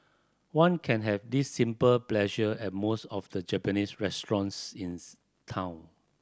one can have this simple pleasure at most of the Japanese restaurants in town